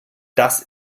das